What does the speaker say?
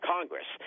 Congress